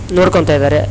ನೋಡ್ಕೋತ ಇದ್ದಾರೆ